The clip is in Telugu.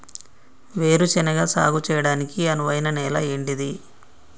వేరు శనగ సాగు చేయడానికి అనువైన నేల ఏంటిది?